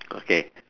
okay